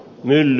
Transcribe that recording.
nen